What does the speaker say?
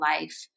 life